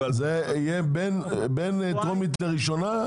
בין טרומית לראשונה,